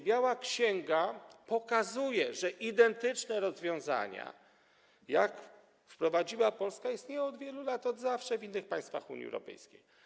Biała księga pokazuje, że identyczne rozwiązania jak te, które wprowadziła Polska, istnieją od wielu lat, od zawsze w innych państwach Unii Europejskiej.